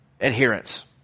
adherence